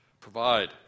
provide